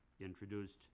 introduced